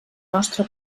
nostre